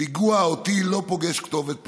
פיגוע או טיל לא פוגש כתובת פוליטית,